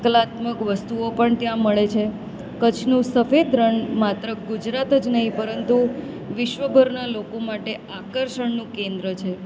કલાત્મક વસ્તુઓ પણ ત્યાં મળે છે કચ્છનું સફેદ રણ માત્ર ગુજરાત જ નહીં પરંતુ વિશ્વભરના લોકો માટે આકર્ષણનું કેન્દ્ર છે